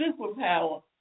superpower